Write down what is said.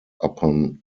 upon